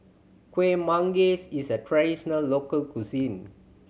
Kuih Manggis is a traditional local cuisine